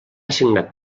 signat